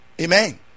Amen